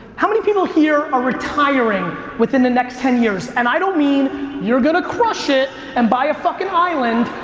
how many people here are retiring within the next ten years, and i don't mean you're going to crush it and buy a fucking island,